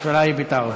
הספירה היא בטעות.